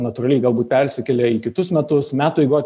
natūraliai galbūt persikelia į kitus metus metų eigoj